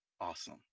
Awesome